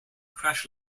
crash